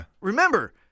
remember